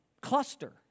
cluster